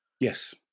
yes